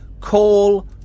call